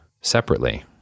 separately